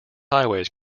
highways